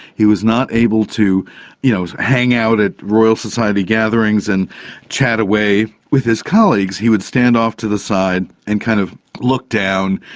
he was not able to you know hang out at royal society gatherings and chat away with his colleagues. he would stand off to the side and kind of look down,